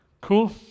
Cool